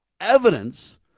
evidence